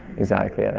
exactly, yeah.